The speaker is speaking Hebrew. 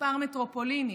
כמה מטרופולינים,